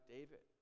David